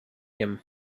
him